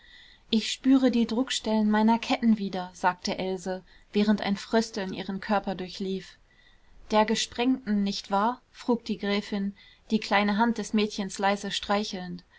ich spürte die druckstellen meiner ketten wieder sagte else während ein frösteln ihren körper durchlief der gesprengten nicht wahr frug die gräfin die kleine hand des mädchens leise streichelnd